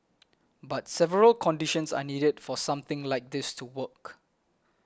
but several conditions are needed for something like this to work